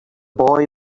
boy